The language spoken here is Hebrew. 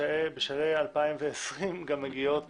בשלבי 2020, מגיעות